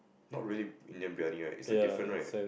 not really Indian Briyani it's like different right